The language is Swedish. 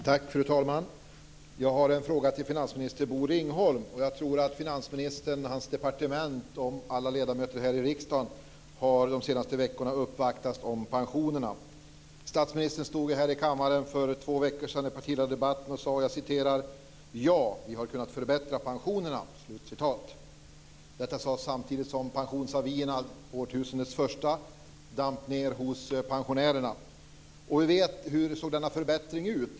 Fru talman! Jag har en fråga till finansminister Bosse Ringholm. Jag tror att finansministern, hans departement och alla ledamöter här i riksdagen de senaste veckorna har uppvaktats om pensionerna. Statsministern stod ju här i kammaren för två veckor sedan i partiledardebatten och sade: "Ja, vi har kunnat förbättra pensionerna." Detta sades samtidigt som årtusendets första pensionsavier damp ned hos pensionärerna. Hur såg denna förbättring ut?